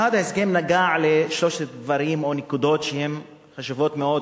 ההסכם נגע במיוחד לשלושה דברים או נקודות שהן חשובות מאוד,